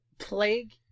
Plague